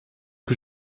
que